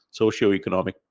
socioeconomic